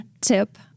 tip